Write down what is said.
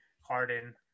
Harden